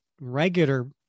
regular